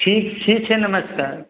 ठीक ठीक है नमस्कार